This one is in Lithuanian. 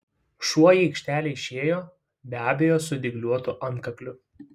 šuo į aikštelę išėjo be abejo su dygliuotu antkakliu